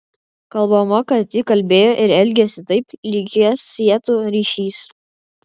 kalbama kad ji kalbėjo ir elgėsi taip lyg jas sietų ryšys